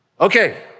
Okay